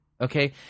okay